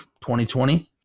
2020